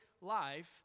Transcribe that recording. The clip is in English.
life